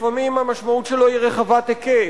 לפעמים המשמעות שלו היא רחבת היקף.